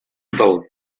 del